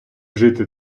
жити